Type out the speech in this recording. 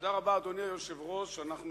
אדוני היושב-ראש, תודה רבה.